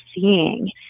seeing